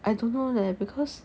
I don't know leh because